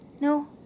No